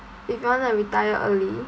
if you wanna retire early